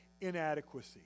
inadequacy